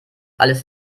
alles